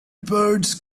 birds